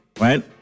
Right